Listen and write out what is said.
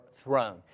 throne